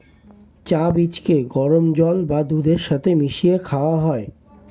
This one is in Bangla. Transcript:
চা বীজকে গরম জল বা দুধের সাথে মিশিয়ে খাওয়া হয়